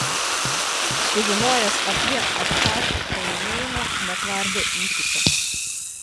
sužinojęs apie abchazų pralaimėjimą netvardė įsiūčio